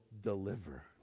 deliver